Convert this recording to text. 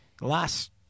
last